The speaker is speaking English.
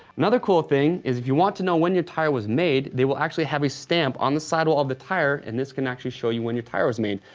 another cool thing is if you want to know when your tire was made, they will actually have it stamped on the sidewall of the tire and this can actually show you when your tire was made.